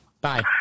Bye